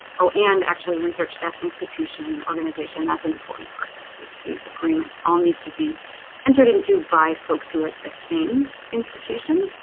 oh and actually research staff institution organization that's an important part because these agreements all need to be entered into by folks who are at the same institution.